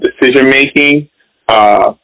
decision-making